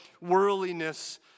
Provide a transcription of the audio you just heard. worldliness